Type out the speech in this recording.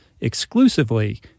exclusively